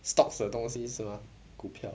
stocks 的东西是吗股票